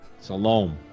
Salome